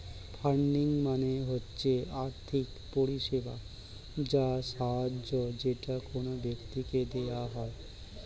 funding মানে হচ্ছে আর্থিক পরিষেবা বা সাহায্য যেটা কোন ব্যক্তিকে দেওয়া হয়